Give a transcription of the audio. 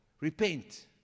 repent